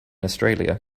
australia